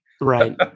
Right